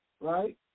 Right